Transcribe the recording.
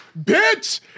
Bitch